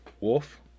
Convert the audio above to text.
Wolf